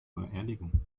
beerdigung